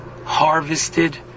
harvested